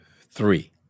three